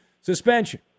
suspension